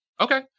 Okay